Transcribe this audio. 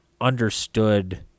understood